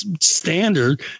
standard